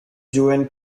joan